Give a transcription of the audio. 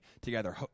together